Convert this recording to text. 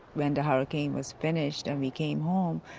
when the hurricane was finished and we came home,